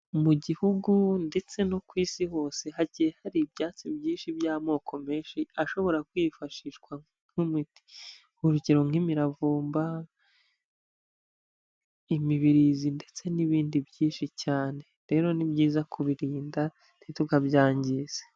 Mu gihugu ndetse no ku isi hose hagiye hari ibyatsi byinshi by'amoko menshi ashobora kwifashishwa nk'umuti, urugero nk'imiravumba, imibirizi ndetse n'ibindi byinshi cyane, rero ni byiza kubirinda ntitukabyangize.